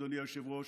אדוני היושב-ראש.